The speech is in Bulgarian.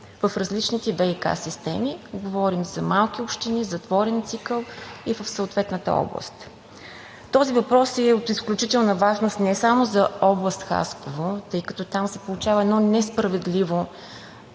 в различните ВиК системи – говорим за малки общини, затворен цикъл, и в съответната област. Този въпрос е и от изключителна важност не само за област Хасково, тъй като там се получава едно несправедливо